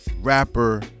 rapper